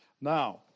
Now